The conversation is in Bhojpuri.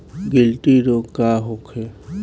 गिल्टी रोग का होखे?